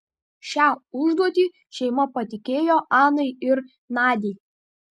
šią užduotį šeima patikėjo anai ir nadiai